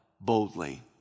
boldly